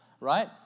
Right